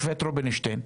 השופט רובינשטיין,